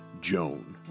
Joan